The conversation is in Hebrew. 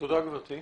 תודה גברתי.